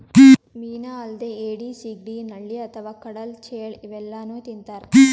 ಮೀನಾ ಅಲ್ದೆ ಏಡಿ, ಸಿಗಡಿ, ನಳ್ಳಿ ಅಥವಾ ಕಡಲ್ ಚೇಳ್ ಇವೆಲ್ಲಾನೂ ತಿಂತಾರ್